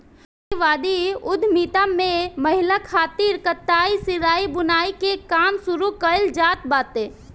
नारीवादी उद्यमिता में महिलन खातिर कटाई, सिलाई, बुनाई के काम शुरू कईल जात बाटे